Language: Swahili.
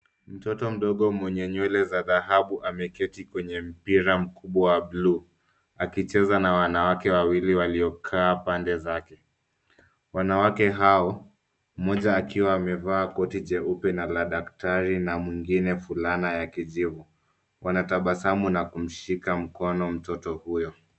Mtoto mdogo mwenye nywele za dhahabu ameketi kwenye mpira mkubwa wa buluu akicheza na wanawake wawili waliokaa pande zake. Wanawake hao, mmoja akiwa amevaa koti jeupe na la kidaktari na mwingine fulana ya kijivu. Wanatabasamu na kumshika mkono mtoto huyu.